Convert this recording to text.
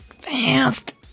fast